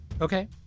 Okay